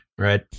Right